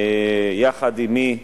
יחד עמי,